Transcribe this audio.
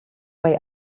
way